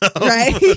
Right